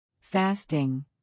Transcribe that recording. Fasting